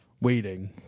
Waiting